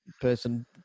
Person